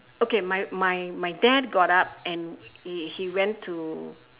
okay my my my dad got up and he he went to